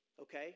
Okay